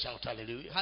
hallelujah